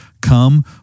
come